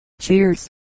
Cheers